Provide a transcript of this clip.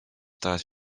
tahes